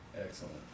excellent